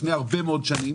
הרבה מאוד שנים